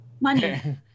Money